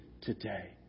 today